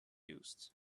used